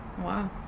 Wow